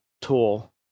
tool